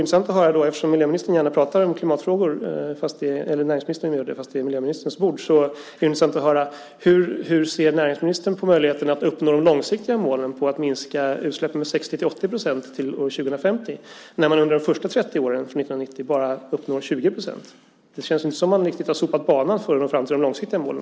Eftersom näringsministern gärna pratar om klimatfrågor - fast det är miljöministerns bord - är det intressant att höra hur näringsministern ser på möjligheterna att uppnå de långsiktiga målen om att minska utsläppen med 60-80 procent till år 2050 när man under de första 30 åren, från 1990, bara uppnår 20 procent? Det känns inte riktigt som att man har sopat banan för att nå fram till de långsiktiga målen.